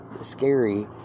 scary